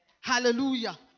Hallelujah